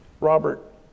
Robert